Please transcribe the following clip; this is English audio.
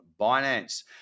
Binance